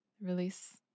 release